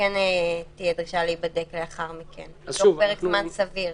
שכן תהיה דרישה להיבדק לאחר מכן, בפרק זמן סביר.